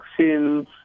vaccines